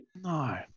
No